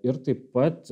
ir taip pat